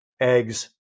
eggs